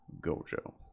Gojo